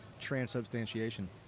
transubstantiation